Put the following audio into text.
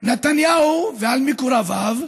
נתניהו ועל מקורביו,